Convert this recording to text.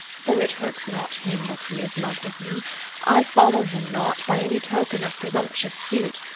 for it hurts not him that he is lov'd of me i follow him not by any token of presumptuous suit,